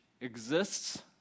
exists